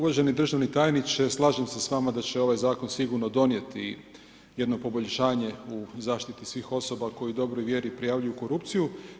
Uvaženi državni tajniče, slažem se s vama da će ovaj zakon sigurno donijeti jedno poboljšanje zaštite svih osoba kojoj u dobroj vjeri prijavljuju korupciju.